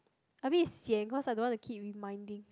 a bit sian cause I don't want to keep reminding